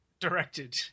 directed